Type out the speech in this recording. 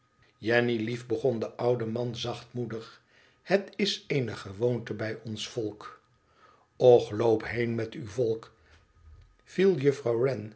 zijn jenny lief begon de oude man zachtmoedig ihet is eene gewoonte bijons volk och loop heen met uw volk viel juffrouw